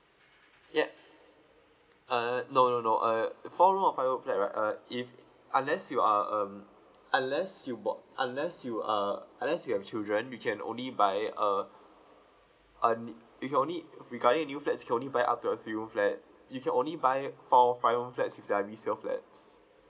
yup uh no no no uh four room or five room flat right all right if unless you are um unless you work unless you uh unless you have children you can only buy uh f you only uh uh n~ if you only regarding new flats you can only buy up to a three room flat you can only buy four or five room flats if they are resale flats